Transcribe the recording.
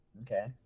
Okay